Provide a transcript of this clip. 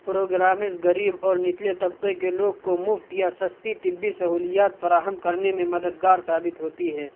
programmes غریب اور نچلے طبقے کے لوگ کو مفت یا سستی طبی سہولیات فراہم کرنے میں مددگار ثابت ہوتی ہیں